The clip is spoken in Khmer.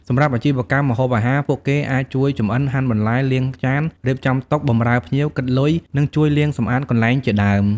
សម្រាប់អាជីវកម្មម្ហូបអាហារ ពួកគេអាចជួយចម្អិន ហាន់បន្លែ លាងចាន រៀបចំតុ បម្រើភ្ញៀវ គិតលុយ និងជួយលាងសម្អាតកន្លែងជាដើម។